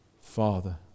Father